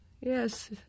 Yes